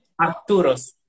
Arturos